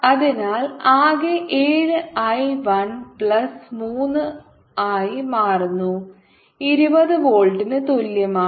അതിനാൽ ആകെ ഏഴ് I 1 പ്ലസ് 3 ആയി മാറുന്നു 20 വോൾട്ടിന് തുല്യമാണ്